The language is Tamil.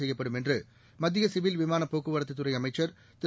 செய்யப்படும் என்று மத்திய சிவில் விமான போக்குவரத்துத் துறை அமைச்சர் திரு